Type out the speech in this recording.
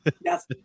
yes